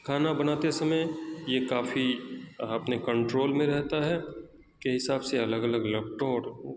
کھانا بناتے سمے یہ کافی اپنے کنٹرول میں رہتا ہے کے حساب سے الگ الگ لکٹور